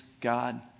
God